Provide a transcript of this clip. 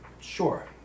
Sure